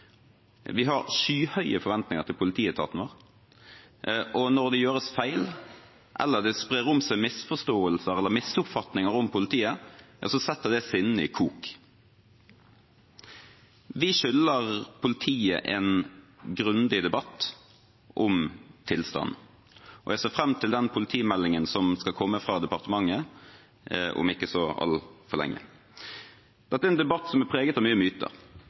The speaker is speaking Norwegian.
Vi har skyhøye forventninger til politietaten vår, og når det gjøres feil eller det spres misforståelser eller misoppfatninger om politiet, setter det sinnene i kok. Vi skylder politiet en grundig debatt om tilstanden, og jeg ser fram til den politimeldingen som skal komme fra departementet om ikke så altfor lenge. Dette er en debatt som er preget av mange myter.